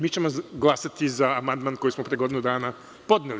Mi ćemo glasati za amandman koji smo pre godinu dana podneli.